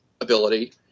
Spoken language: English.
ability